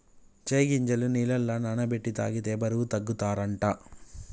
చై గింజలు నీళ్లల నాన బెట్టి తాగితే బరువు తగ్గుతారట